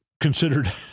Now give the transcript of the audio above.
considered